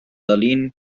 berlin